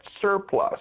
surplus